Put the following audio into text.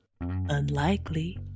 unlikely